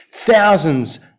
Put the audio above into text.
Thousands